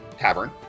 tavern